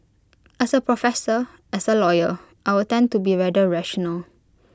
as A professor as A lawyer I would tend to be rather rational